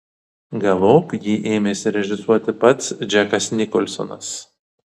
galop jį ėmėsi režisuoti pats džekas nikolsonas